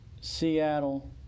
Seattle